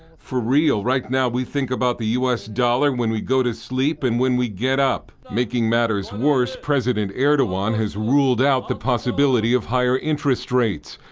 for real, right now we think about the u s. dollar when we go to sleep and when we get up. making matters worse, president erdogan has ruled out the possibility of higher interest rates,